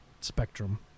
spectrum